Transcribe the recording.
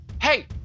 Hey